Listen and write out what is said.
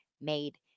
made